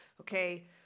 okay